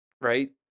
right